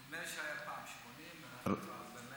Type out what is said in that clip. נדמה לי שזה היה פעם 80, ואנחנו כבר ב-140.